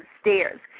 stairs